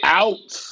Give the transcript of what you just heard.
out